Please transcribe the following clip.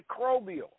microbial